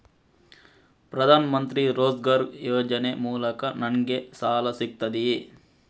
ಪ್ರದಾನ್ ಮಂತ್ರಿ ರೋಜ್ಗರ್ ಯೋಜನೆ ಮೂಲಕ ನನ್ಗೆ ಸಾಲ ಸಿಗುತ್ತದೆಯೇ?